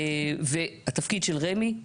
והתפקיד של רמ"י,